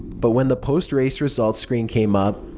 but when the post-race results screen came up,